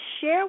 share